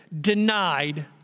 denied